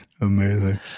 Amazing